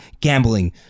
gambling